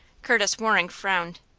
curtis waring frowned.